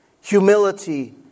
humility